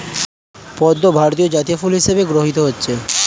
পদ্ম ভারতের জাতীয় ফুল হিসেবে গৃহীত হয়েছে